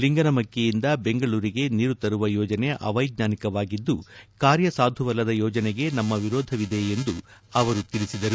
ಲಿಂಗನಮಕ್ಕಿಯಿಂದ ಬೆಂಗಳೂರಿಗೆ ನೀರು ತರುವ ಯೋಜನೆ ಅವ್ವೆಜ್ಞಾನಿಕವಾಗಿದ್ದು ಕಾರ್ಯಸಾಧುವಲ್ಲದ ಯೋಜನೆಗೆ ನಮ್ಮ ವಿರೋಧವಿದೆ ಎಂದು ಅವರು ಹೇಳಿದರು